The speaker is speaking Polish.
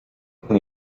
pan